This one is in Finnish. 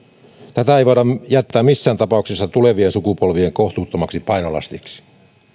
tätä ei voida jättää missään tapauksessa tulevien sukupolvien kohtuuttomaksi painolastiksi